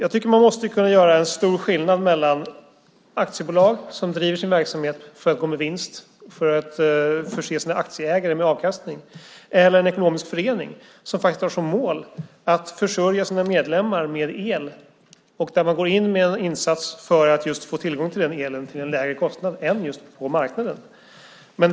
För mig är det stor skillnad mellan ett aktiebolag som driver sin verksamhet för att gå med vinst för att förse sina aktieägare med avkastning och en ekonomisk förening som har som mål att försörja sina medlemmar med el och där man går in med en insats för att få tillgång till el till en lägre kostnad än på marknaden.